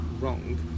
wrong